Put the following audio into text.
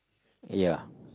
ya